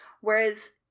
Whereas